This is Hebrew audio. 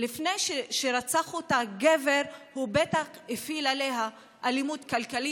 לפני שהגבר רצח אותה הוא בטח הפעיל עליה אלימות כלכלית,